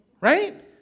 Right